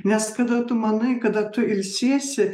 nes kada tu manai kada tu ilsiesi